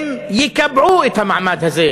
הם יְקַבְּעוּ את המעמד הזה,